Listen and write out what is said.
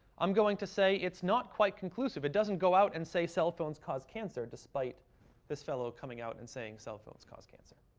i'm going to say it's not quite conclusive. it doesn't go out and say cell phones cause cancer, despite this fellow coming out and saying cell phones cause cancer.